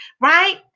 right